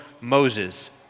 Moses